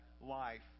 life